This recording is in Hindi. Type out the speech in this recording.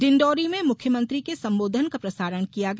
डिण्डोरी में मुख्यमंत्री के संबोधन का प्रसारण किया गया